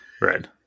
right